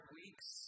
weeks